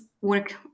work